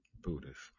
Buddhist